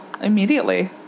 immediately